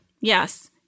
yes